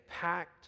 packed